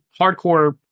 hardcore